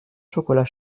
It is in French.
chocolat